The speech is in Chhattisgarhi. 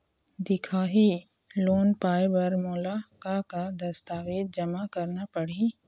दिखाही लोन पाए बर मोला का का दस्तावेज जमा करना पड़ही?